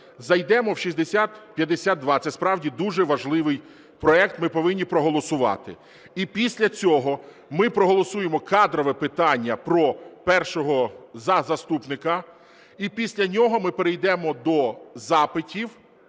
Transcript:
зайдемо в 6052 ( це справді дуже важливий проект, ми повинні проголосувати) і після цього ми проголосуємо кадрове питання про першого заступника, і після нього ми перейдемо до запитів,